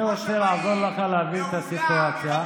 אני רוצה לעזור לך להבין את הסיטואציה,